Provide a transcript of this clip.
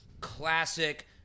classic